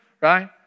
right